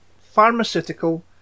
Pharmaceutical